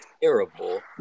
terrible